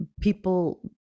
people